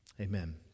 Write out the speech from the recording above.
Amen